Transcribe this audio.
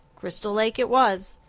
crystal lake it was,